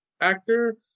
actor